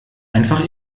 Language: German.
einfach